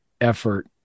effort